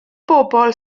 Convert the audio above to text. bobl